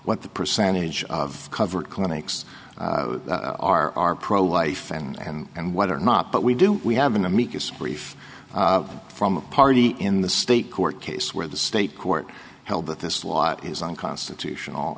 what the percentage of covered clinics are are pro life and whether or not but we do we have an amicus brief from a party in the state court case where the state court held that this law is unconstitutional